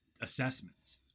assessments